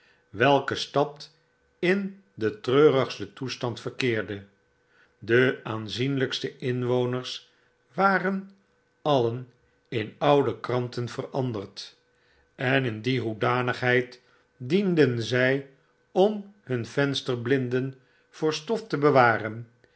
welke stad in den treungsten toestand verkeerde de aanzienlijkste inwoners waren alien in oude kranten veranderd en in die hoedanigheid dienden zy om hun vensterblinden voor stof te bewaren